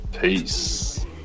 Peace